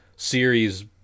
Series